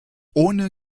ohne